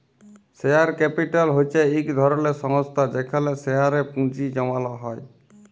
share capital হছে ইক ধরলের সংস্থা যেখালে শেয়ারে পুঁজি জ্যমালো হ্যয়